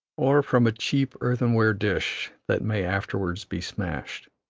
or from a cheap earthenware dish that may afterward be smashed.